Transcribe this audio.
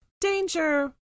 Danger